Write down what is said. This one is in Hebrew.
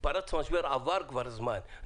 מאז שהמשבר פרץ עבר כבר זמן.